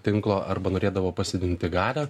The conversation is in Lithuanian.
tinklo arba norėdavo pasididinti galią